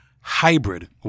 hybrid